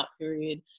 period